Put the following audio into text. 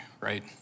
right